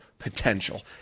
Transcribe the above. potential